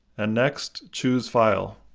and next, choose file.